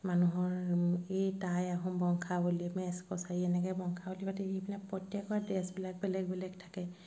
মানুহৰ এই তাই আহোম বংশাৱলী মেছ কছাৰী এনেকে বংশাৱলী পাতে এইবিলাক প্ৰত্যেকৰ ড্ৰেছবিলাক বেলেগ বেলেগ থাকে